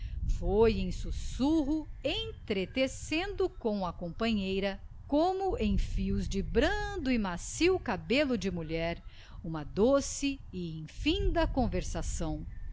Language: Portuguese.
foi em sussurro entretecendo com a companheira como em fios de brendo e macio cabello de mulher uma doce e infinda conversação